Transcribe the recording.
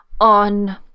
on